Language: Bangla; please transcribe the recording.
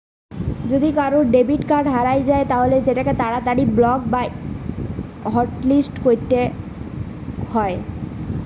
যদি কারুর ডেবিট কার্ড হারিয়ে যায় তালে সেটোকে তাড়াতাড়ি ব্লক বা হটলিস্ট করতিছে